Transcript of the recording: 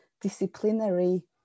disciplinary